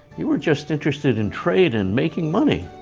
you were just interested in trade and making money.